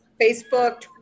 Facebook